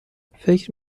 فکر